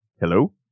Hello